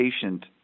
patient